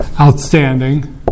outstanding